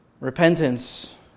Repentance